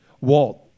Walt